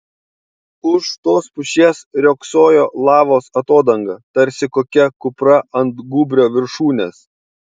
už tos pušies riogsojo lavos atodanga tarsi kokia kupra ant gūbrio viršūnės